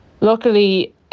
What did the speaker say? luckily